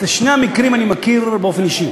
את שני המקרים אני מכיר באופן אישי